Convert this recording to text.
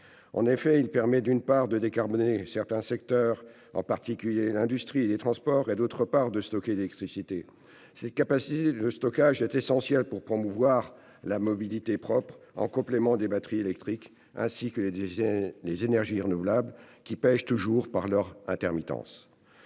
énergétique. Il permet, d'une part, de décarboner certains secteurs, en particulier l'industrie et les transports, d'autre part, de stocker l'électricité. Cette capacité de stockage est essentielle pour promouvoir la mobilité propre, en complément des batteries électriques, ainsi que les énergies renouvelables, qui pèchent toujours par leur intermittence.